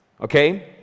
okay